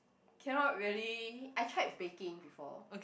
cannot really I tried baking before